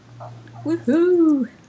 Woohoo